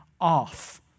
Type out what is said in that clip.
off